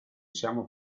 siamo